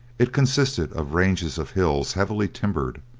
it consisted of ranges of hills heavily timbered,